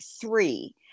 three